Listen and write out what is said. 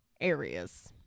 areas